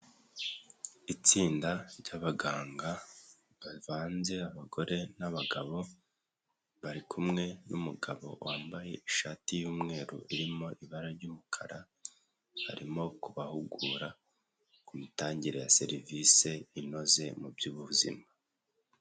Itsinda ry'abaganga bavanze abagore n'abagabo bari kumwe n'umugabo wambaye ishati y'umweru irimo ibara ry'umukara, barimo kubahugura ku mitangire ya serivisi inoze mu by'ubuzima.